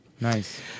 Nice